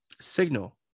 signal